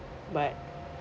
but